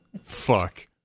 Fuck